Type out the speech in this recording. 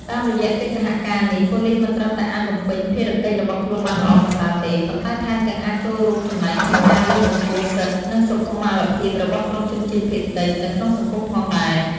តាមរយៈកិច្ចសហការនេះ ប៉ូលិសមិនត្រឹមតែអាចបំពេញភារកិច្ចរបស់ខ្លួនបានល្អប្រសើរទេ ប៉ុន្តែថែមទាំងអាចចូលរួមចំណែកក្នុងការលើកកម្ពស់សិទ្ធិ និងសុខុមាលភាពរបស់ក្រុមជនជាតិភាគតិចនៅក្នុងសង្គមផងដែរ។